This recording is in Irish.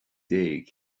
déag